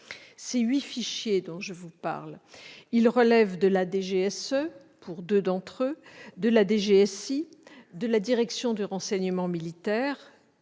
Les huit fichiers dont je viens de parler relèvent de la DGSE, pour deux d'entre eux, de la DGSI et de la Direction du renseignement militaire,